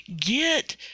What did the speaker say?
get